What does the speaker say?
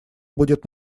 будет